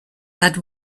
that